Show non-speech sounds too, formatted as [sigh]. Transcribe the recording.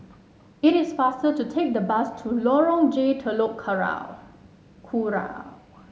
it is faster to take the bus to Lorong J Telok [unintelligible] Kurau